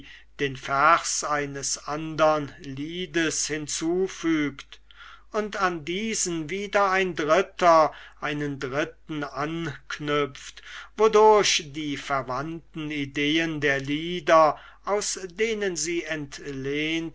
den vers eines andern liedes hinzufügt und an diesen wieder ein dritter einen dritten anknüpft wodurch die verwandten ideen der lieder aus denen sie entlehnt